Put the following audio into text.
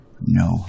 No